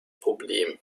problem